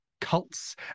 Cults